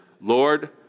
Lord